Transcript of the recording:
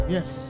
Yes